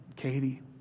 Katie